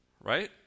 right